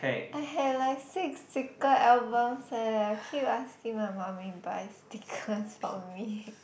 I had like six sticker albums eh I keep asking my mummy buy stickers for me